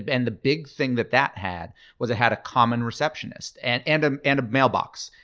and the big thing that that had was it had a common receptionist and and um and a mailbox.